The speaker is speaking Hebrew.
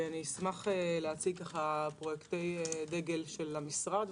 אשמח להציג פרויקטי דגל של המשרד.